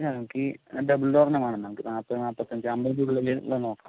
ഇല്ല നമുക്കീ double door തന്നെ വേണം നമുക്ക് നാല്പത് നാല്പത്തഞ്ച് അമ്പത്തിൻ്റെ ഉള്ളിൽ ഉള്ളതു നോക്കാം